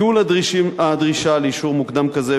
ביטול הדרישה לאישור מוקדם כזה,